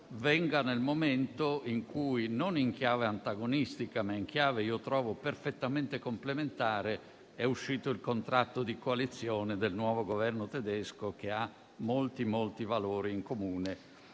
venga nel momento in cui non in chiave antagonistica, ma in chiave - io trovo - perfettamente complementare, è uscito il contratto di coalizione del nuovo Governo tedesco, che ha molti valori in comune